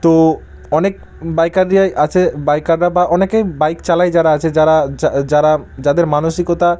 তো অনেক বাইকাররাই আছে বাইকাররা বা অনেকে বাইক চালায় যারা আছে যারা যারা যাদের মানসিকতা